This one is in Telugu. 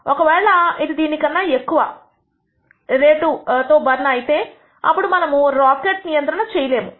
ఒక వేళ ఇది దీని కన్నా ఎక్కువ దీని కన్నా ఎక్కువ రేటు తో బర్న్ అయితే అప్పుడు మనము రాకెట్ను నియంత్రణ చేయలేము